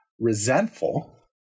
resentful